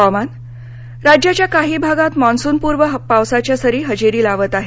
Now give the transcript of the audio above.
हवामान राज्याच्या काही भागात मान्सूनपूर्व पावसाच्या सरी हजेरी लावत आहेत